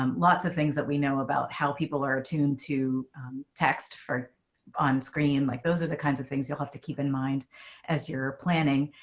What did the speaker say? um lots of things that we know about how people are tuned to text for on screen like those are the kinds of things you'll have to keep in mind as you're planning.